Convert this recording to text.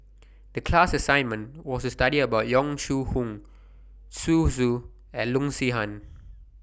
The class assignment was study about Yong Shu Hoong Zhu Xu and Loo Zihan